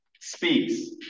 speaks